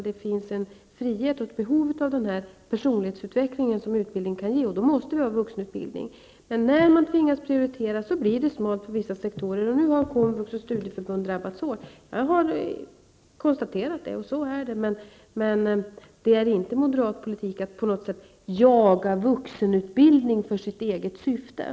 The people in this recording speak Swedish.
Det finns en frihet i utbildning och ett behov av den personlighetsutveckling som utbildning kan ge. Vi måste ha vuxenutbildning. Men när man tvingas prioritera blir det smalt på vissa sektorer. Nu har komvux och studieförbunden drabbats hårt. Det har jag konstaterat. Men det är inte moderat politik att på något sätt jaga vuxenutbildningen.